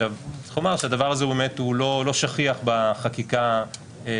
עכשיו צריך לומר שהדבר הזה הוא באמת לא שכיח בחקיקה בישראל,